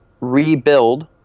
rebuild